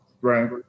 Right